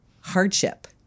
hardship